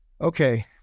Okay